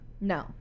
no